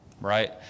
right